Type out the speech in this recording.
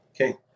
Okay